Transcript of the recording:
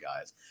guys